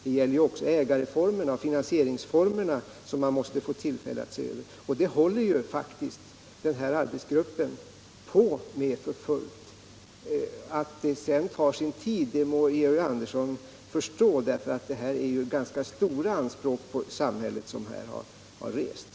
Man måste ju också få tillfälle att se över ägarformerna och finansieringsformerna, och det håller arbetsgruppen på med för fullt. Att denna översyn sedan tar sin tid må Georg Andersson förstå, eftersom det här har rests ganska stora anspråk på samhället.